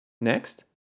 Next